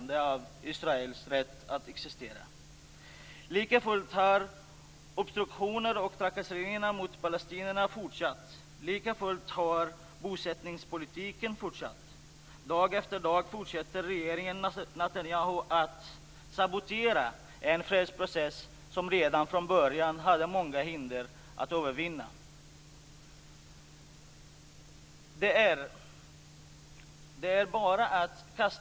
Jag har i stort sett fokuserat på barn och ungdomar i mitt anförande här i kammaren i dag, och det finns naturligtvis en djupare tanke bakom detta. Det är alltså min bestämda uppfattning att genom våra egna och andras insatser och ansträngningar för att mänskliga rättigheter skall bli universella, också i den meningen att de gäller i hela världen, får inte barn och ungdomar komma i andra hand.